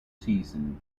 season